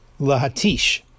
Lahatish